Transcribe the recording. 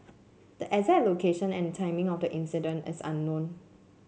the exact location and timing of the incident is unknown